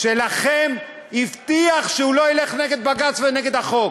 שלכם הבטיח שהוא לא ילך נגד בג"ץ ונגד החוק?